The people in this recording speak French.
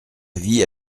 vie